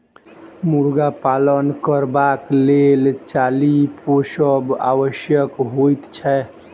मुर्गा पालन करबाक लेल चाली पोसब आवश्यक होइत छै